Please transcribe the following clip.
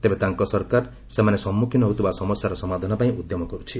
ତେବେ ତାଙ୍କ ସରକାର ସେମାନେ ସମ୍ମୁଖୀନ ହେଉଥିବା ସମସ୍ୟାର ସମାଧାନପାଇଁ ଉଦ୍ୟମ କରୁଛି